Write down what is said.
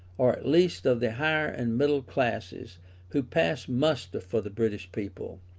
or at least of the higher and middle classes who pass muster for the british people,